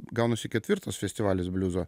gaunasi ketvirtas festivalis bliuzo